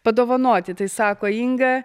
padovanoti tai sako inga